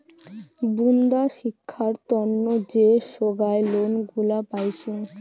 বুন্দা শিক্ষার তন্ন যে সোগায় লোন গুলা পাইচুঙ